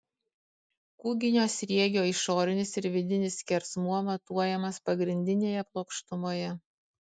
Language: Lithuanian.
kūginio sriegio išorinis ir vidinis skersmuo matuojamas pagrindinėje plokštumoje